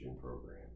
program